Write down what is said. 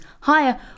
higher